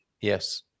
Yes